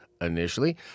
initially